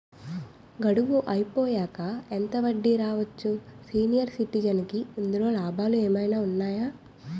గడువు అయిపోయాక ఎంత వడ్డీ రావచ్చు? సీనియర్ సిటిజెన్ కి ఇందులో లాభాలు ఏమైనా ఉన్నాయా?